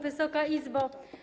Wysoka Izbo!